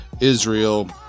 Israel